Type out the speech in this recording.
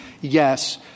yes